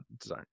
design